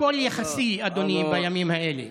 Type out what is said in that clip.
הכול יחסי, אדוני, בימים האלה.